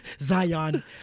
Zion